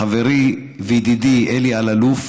חברי וידידי אלי אלאלוף,